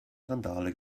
randale